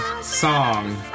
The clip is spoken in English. song